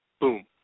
boom